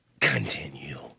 continue